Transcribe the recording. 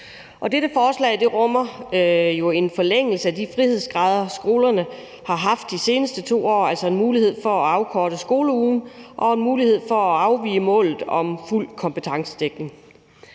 dette forslag rummer jo en forlængelse af de frihedsgrader, skolerne har haft de seneste 2 år, altså en mulighed for at afkorte skoleugen og en mulighed for at afvige fra målet om fuld kompetencedækning.